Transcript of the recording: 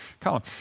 column